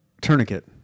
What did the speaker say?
tourniquet